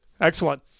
Excellent